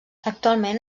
actualment